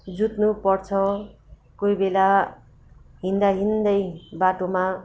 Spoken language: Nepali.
जुझ्नु पर्छ कोही बेला हिँड्दा हिँड्दै बाटोमा